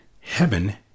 heaven